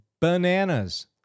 Bananas